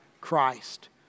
Christ